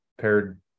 paired